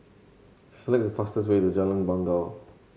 select the fastest way to Jalan Bangau